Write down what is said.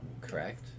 correct